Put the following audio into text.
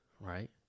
right